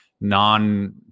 non